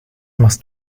machst